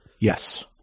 Yes